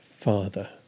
father